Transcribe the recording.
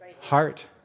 Heart